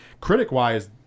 critic-wise